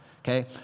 okay